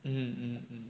mm mm mm